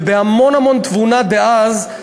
ובהמון המון תבונה דאז,